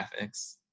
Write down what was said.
graphics